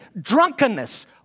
drunkenness